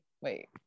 wait